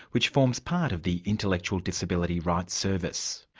which forms part of the intellectual disability rights service.